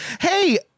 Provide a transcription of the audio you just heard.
Hey